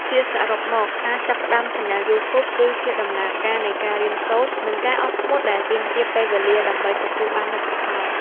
ជាសរុបមក ការចាប់ផ្តើមឆានែលយូធូប គឺជាដំណើរការនៃការរៀនសូត្រ និងការអត់ធ្មត់ដែលទាមទារពេលវេលាដើម្បីទទួលបានលទ្ធផល។